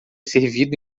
servido